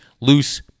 loose